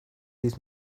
this